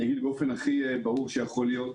אגיד באופן הכי ברור שיכול להיות: